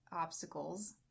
obstacles